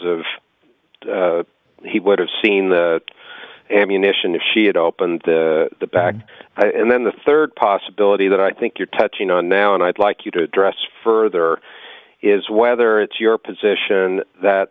of he would have seen the ammunition if she had opened the bag and then the rd possibility that i think you're touching on now and i'd like you to address further is whether it's your position that